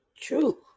true